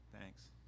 thanks